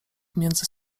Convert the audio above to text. między